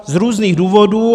Z různých důvodů.